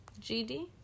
GD